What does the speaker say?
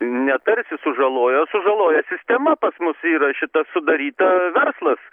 ne tarsi sužaloja o sužaloja sistema pas mus yra šita sudaryta verslas